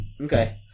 Okay